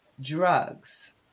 drugs